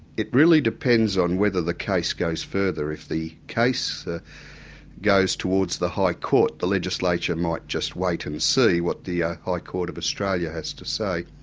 it really depends on whether the case goes further. if the case ah goes towards the high court, the legislature might just wait and see what the ah high court of australia has to say.